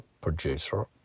producer